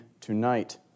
tonight